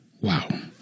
Wow